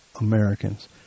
Americans